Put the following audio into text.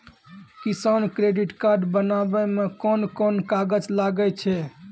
किसान credit card बनाबै मे कोन कोन कागज लागै छै?